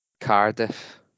Cardiff